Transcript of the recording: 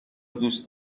دوست